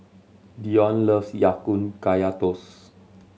Dion loves Ya Kun Kaya Toast